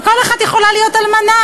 וכל אחת יכולה להיות אלמנה.